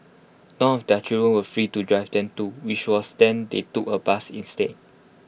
none of their children were free to drive them too which was then they took A bus instead